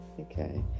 Okay